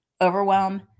overwhelm